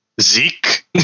Zeke